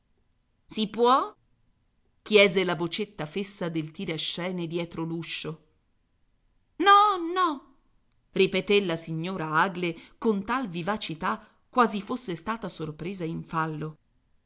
si può chiese la vocetta fessa del tirascene dietro l'uscio no no ripeté la signora aglae con tal vivacità quasi fosse stata sorpresa in fallo